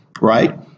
right